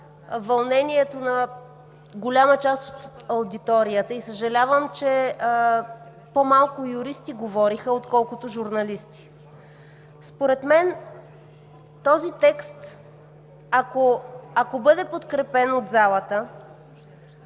вълнението на голяма част от аудиторията. Съжалявам, че по-малко юристи говориха, отколкото журналисти. Според мен този текст, ако бъде подкрепен от залата,